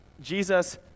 Jesus